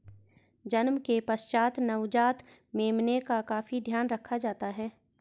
जन्म के पश्चात नवजात मेमने का काफी ध्यान रखा जाता है